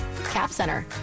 CapCenter